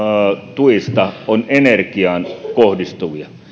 tuista on energiaan kohdistuvia